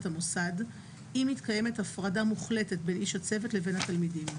המוסד אם מתקיימת הפרדה מוחלטת בין איש הצוות לבין התלמידים,